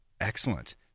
Excellent